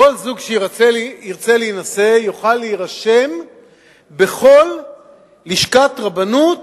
כל זוג שירצה להינשא יוכל להירשם בכל לשכת רבנות